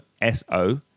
S-O